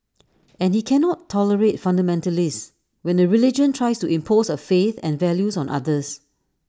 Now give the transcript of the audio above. and he cannot tolerate fundamentalists when A religion tries to impose A faith and values on others